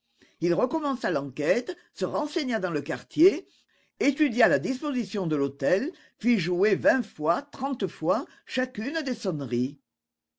il recommença l'enquête se renseigna dans le quartier étudia la disposition de l'hôtel fit jouer vingt fois trente fois chacune des sonneries